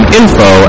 info